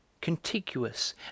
contiguous